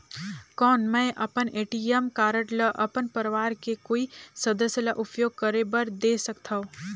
कौन मैं अपन ए.टी.एम कारड ल अपन परवार के कोई सदस्य ल उपयोग करे बर दे सकथव?